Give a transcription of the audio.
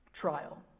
trial